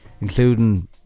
including